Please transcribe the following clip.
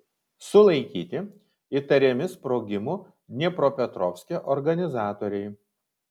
sulaikyti įtariami sprogimų dniepropetrovske organizatoriai